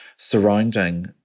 surrounding